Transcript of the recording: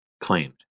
claimed